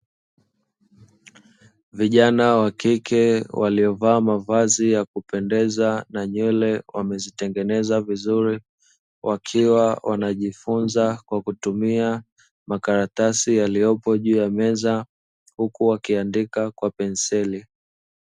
Vijana wa kike waliovaa mavazi ya kupendeza na nywele wamezitengeneza vizuri, wakiwa wanajifunza kwa kutumia makaratasi yaliyopo juu ya meza, huku wakiandika kwa penseli.